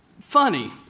funny